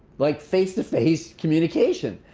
like face-to-face communication.